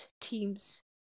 teams